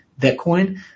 Bitcoin